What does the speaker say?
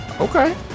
Okay